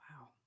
Wow